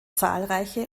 zahlreiche